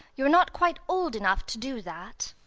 you are not quite old enough to do that.